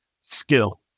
skill